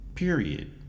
Period